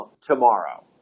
tomorrow